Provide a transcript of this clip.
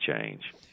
change